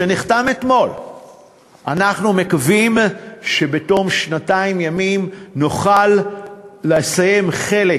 ואנחנו מקווים שבתום שנתיים ימים נוכל לסיים חלק